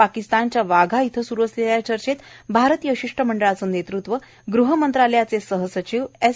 पाकिस्तानच्या वाघा इथं सुरू असलेल्या चर्चेत भारतीय शिष्टमंडळाचं नेतृत्व गृहमंत्रालयाचे सहसचिव एस